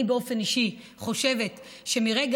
אני באופן אישי חושבת שמרגע,